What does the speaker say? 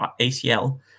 acl